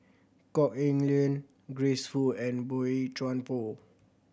Kok Heng Leun Grace Fu and Boey Chuan Poh